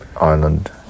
Ireland